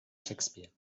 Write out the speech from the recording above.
shakespeare